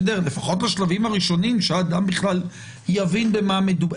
לפחות בשלבים הראשונים שהאדם בכלל יבין במה מדובר.